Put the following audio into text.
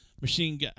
machine